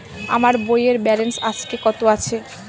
আমার বইয়ের ব্যালেন্স আজকে কত আছে?